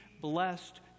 blessed